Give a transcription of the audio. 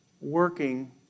working